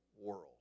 world